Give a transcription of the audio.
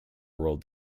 roll